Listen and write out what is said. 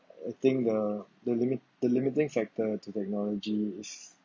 I think the the limit the limiting factor to technology is